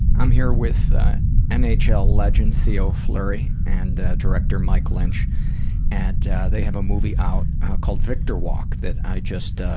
i'm here with and nhl legend, theo fleury, and director mike lynch and they have a movie out called victor walk, that i just ah,